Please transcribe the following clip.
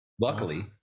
Luckily